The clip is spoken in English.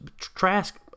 Trask